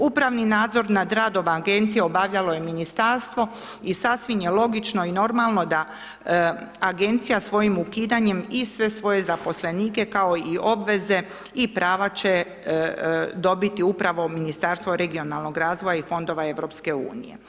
Upravni nadzor nad radom Agencije obavljalo je Ministarstvo i sasvim je logično i normalno da Agencija svojim ukidanjem i sve svoje zaposlenike, kao i obveze i prava će dobiti upravo Ministarstvo regionalnog razvoja i Fondova EU.